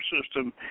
system